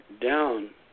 down